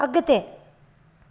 अॻिते